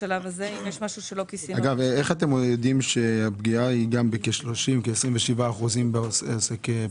איך אתם יודעים שהפגיעה היא גם בכ-27% בעסק פטור?